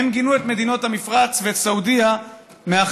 הן גינו את מדינות המפרץ ואת סעודיה מאחר